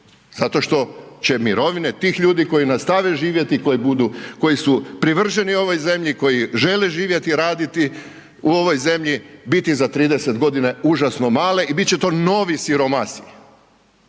zato što će mirovine tih ljudi koji nastave živjeti, koji su privrženi ovoj zemlji, koji žele živjeti a raditi u ovoj zemlji, biti za 30 g. užasne male i bit će to novi siromasi.